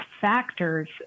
factors